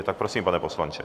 Tak prosím, pane poslanče.